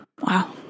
Wow